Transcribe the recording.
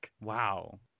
wow